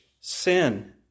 sin